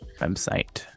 website